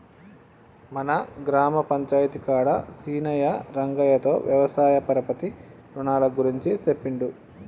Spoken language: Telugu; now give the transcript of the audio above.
మన గ్రామ పంచాయితీ కాడ సీనయ్యా రంగయ్యతో వ్యవసాయ పరపతి రునాల గురించి సెప్పిండు